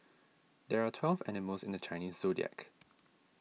there are twelve animals in the Chinese zodiac